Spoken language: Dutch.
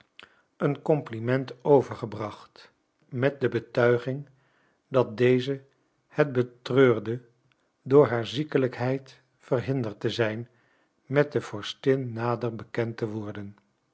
een compliment overgebracht met de betuiging dat deze het betreurde door haar ziekelijkheid verhinderd te zijn met de vorstin nader bekend te worden